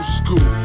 school